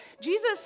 Jesus